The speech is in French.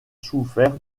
souffert